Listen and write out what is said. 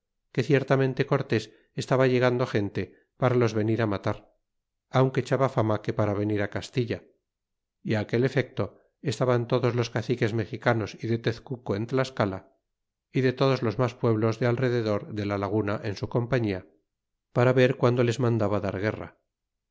que ciertamente cortés estaba llegando gente para los venir matar aunque ecbaba fama que para venir castilla y aquel efecto estaban todos los caciques mexicanos y de tezcuco en tlascala y de todosios ma pueblos de al rededor de la la guna en su compañia para ver quando les man daba dar guerra